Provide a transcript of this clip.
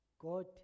God